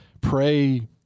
pray